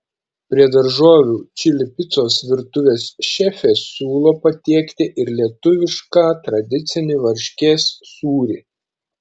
prie daržovių čili picos virtuvės šefė siūlo patiekti ir lietuvišką tradicinį varškės sūrį